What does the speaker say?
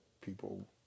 people